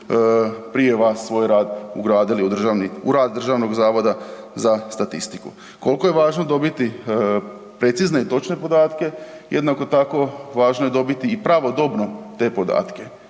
prije vas svoj rad ugradili u državni, u rad DZS-a. Koliko je važno dobiti precizne i točne podatke, jednako tako, važno je dobiti i pravodobno te podatke.